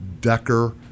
Decker